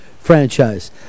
franchise